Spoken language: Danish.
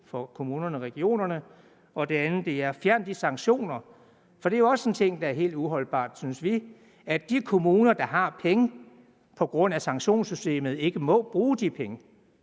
for kommunerne og regionerne, og det andet punkt er at fjerne sanktionerne. For det er jo, synes vi, også en ting, der er helt uholdbar, at de kommuner, der har penge, på grund af sanktionssystemet ikke må bruge dem.